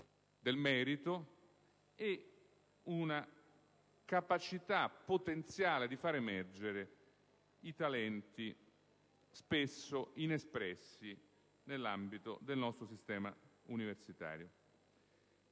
del merito e una capacità potenziale di far emergere i talenti, spesso inespressi nell'ambito del nostro sistema universitario.